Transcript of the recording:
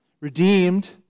Redeemed